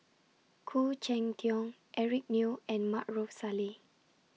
Khoo Cheng Tiong Eric Neo and Maarof Salleh